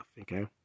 okay